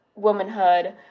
womanhood